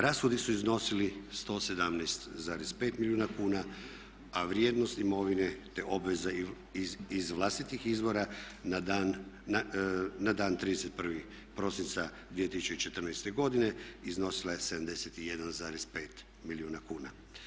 Rashodi su iznosili 117,5 milijuna kuna, a vrijednost imovine, te obveza iz vlastitih izvora na dan 31. prosinca 2014. godine iznosila je 71,5 milijuna kuna.